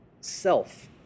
self